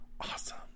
awesome